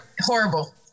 Horrible